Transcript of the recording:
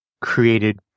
created